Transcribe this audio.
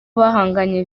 bahanganye